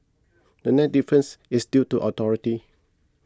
the net difference is due to authority